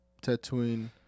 tattooing